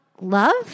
love